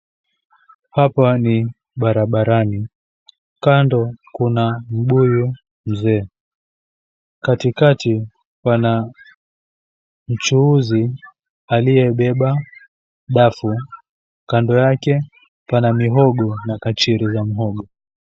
Hapa ni barabarani. Kando kuna mbuyu mzee, katikati pana mchuuzi aliyebeba dafu, kando yake pana mihogo na kachiri za muhogo.